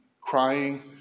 crying